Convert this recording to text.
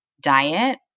diet